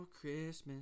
Christmas